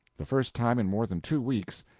the first time in more than two weeks,